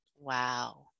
Wow